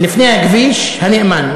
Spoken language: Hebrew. לפני הכביש, הנאמן.